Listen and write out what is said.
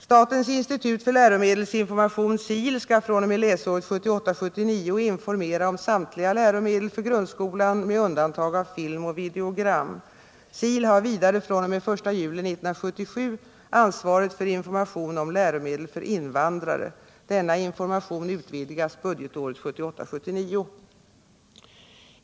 Statens institut för läromedelsinformation skall fr.o.m. läsåret 1978 79.